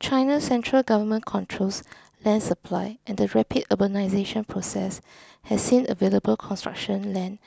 China's central government controls land supply and the rapid urbanisation process has seen available construction land